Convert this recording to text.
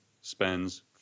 spends